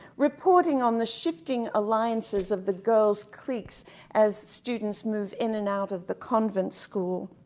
reporting on the shifting alliances of the girl's creeks as students move in and out of the convent school.